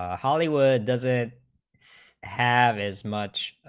ah hollywood does it have as much,